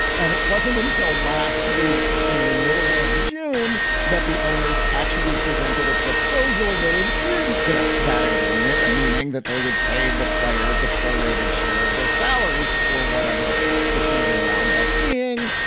and it wasn't until last week in the middle of june that the owners actually presented a proposal that adhered to that agreement, meaning that they would pay the players a pro-rated share of their salaries for whatever the season wound up being.